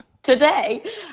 today